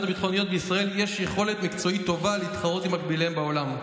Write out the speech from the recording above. הביטחוניות בישראל יש יכולת מקצועית טובה להתחרות עם מקביליהן בעולם.